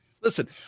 Listen